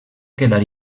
quedar